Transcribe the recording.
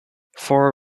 four